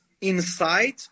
inside